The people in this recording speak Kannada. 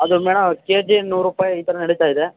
ಅದು ಮೇಡಮ್ ಕೆಜಿ ನೂರು ರೂಪಾಯಿ ಈ ಥರ ನಡೀತಾ ಇದೆ